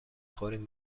خوریم